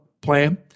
plan